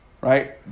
Right